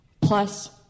Plus